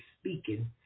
speaking